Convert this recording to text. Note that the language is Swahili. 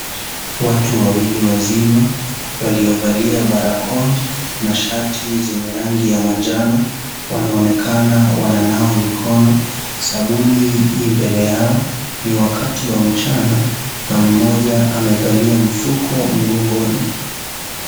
Watu wawili wazima, waliovalia barakoa na shati zenye rangi ya manjano. Wanaonekana wananawa mikono. Sabuni ii mbele yao. Ni wakati wa mchana na mmoja amevalia mfukoni mgongoni.